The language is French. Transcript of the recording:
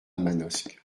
manosque